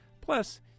Plus